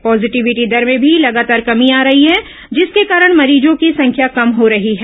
positivity दर में भी लगातार कमी आ रही है जिसके कारण मरीजों की संख्या कम हो रही है